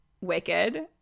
Wicked